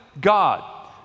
God